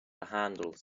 handle